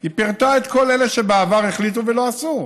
היא פירטה את כל אלה שבעבר החליטו ולא עשו.